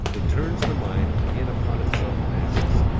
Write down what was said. it turns the mind in upon itself and asks,